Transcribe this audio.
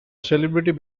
celebrity